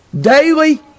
Daily